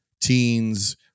teens